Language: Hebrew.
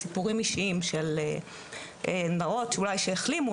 סיפורים אישיים של נערות שאולי שהחלימו,